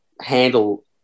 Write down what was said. handle